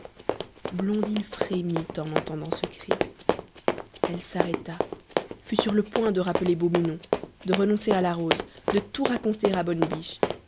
blondine frémit en entendant ce cri elle s'arrêta fut sur le point de rappeler beau minon de renoncer à la rose de tout raconter